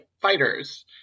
fighters